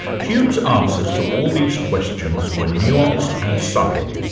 hume's answers to all these questions were nuanced and subtle,